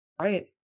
Right